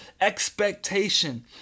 expectation